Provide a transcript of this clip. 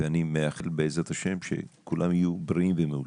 ואני מאחל בעזרת ה' שכולם יהיו בריאים ומאושרים.